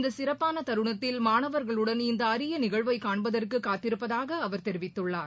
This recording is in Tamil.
இந்த சிறப்பான தருணத்தில் மாணவர்களுடன் இந்த அரிய நிகழ்வை காண்பதற்கு காத்திருப்பதாக அவர் தெரிவித்துள்ளார்